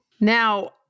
Now